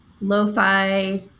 lo-fi